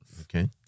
okay